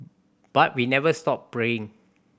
but we never stop praying